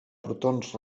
protons